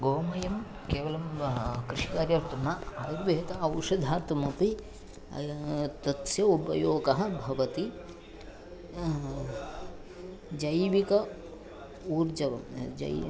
गोमयं केवलं कृषिकार्यार्थं न आयुर्वेदे औषधं दातुमपि तस्य उपयोगः भवति जैविकम् ऊर्जवं जै